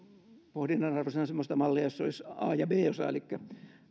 pohdinnan arvoisena semmoista mallia jossa olisi a ja b osa elikkä